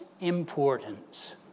importance